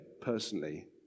personally